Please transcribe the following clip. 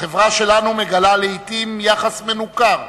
החברה שלנו מגלה לעתים יחס מנוכר,